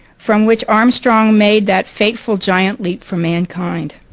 from which armstrong made that fateful giant leap for mankind.